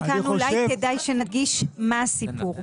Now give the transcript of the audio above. גם כאן אולי כדאי שנדגיש מה הסיפור.